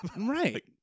right